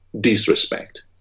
disrespect